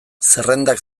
zerrendak